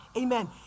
Amen